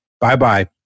Bye-bye